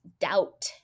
doubt